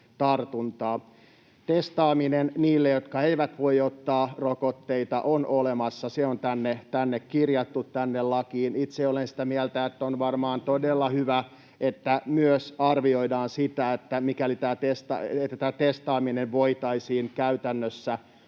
Testaaminen niille, jotka eivät voi ottaa rokotteita, on olemassa. Se on kirjattu tänne lakiin. Itse olen sitä mieltä, että on varmaan todella hyvä, että myös arvioidaan sitä, että tämä testaaminen voitaisiin käytännössä hoitaa